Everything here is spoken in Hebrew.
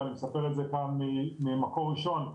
ואני מספר את זה כאן ממקור ראשון,